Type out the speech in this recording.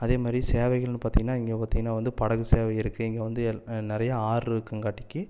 அதே மாரி சேவைகள்னு பார்த்திங்கன்னா இங்கே பார்த்திங்கன்னா வந்து படகு சேவை இருக்கு இங்கே வந்து எ நிறையா ஆறு இருக்கங்காட்டிக்கு